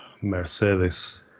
Mercedes